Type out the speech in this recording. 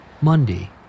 Monday